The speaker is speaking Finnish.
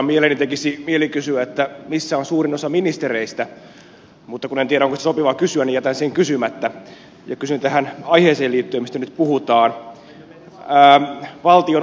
oikeastaan tekisi mieli kysyä missä on suurin osa ministereistä mutta kun en tiedä onko sitä sopivaa kysyä niin jätän sen kysymättä ja kysyn tähän aiheeseen liittyen mistä nyt puhutaan valtion omistajaohjauksesta